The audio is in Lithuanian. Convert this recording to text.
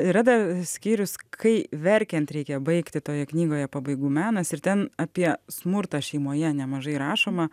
yra dar skyrius kai verkiant reikia baigti toje knygoje pabaigų menas ir ten apie smurtą šeimoje nemažai rašoma